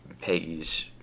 Peggy's